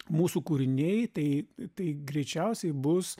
mūsų kūriniai tai tai greičiausiai bus